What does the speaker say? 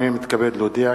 הנני מתכבד להודיע,